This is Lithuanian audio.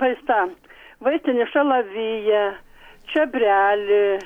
vaistam vaistinį šalaviją čiobrelį